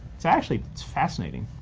it's actually, it's fascinating,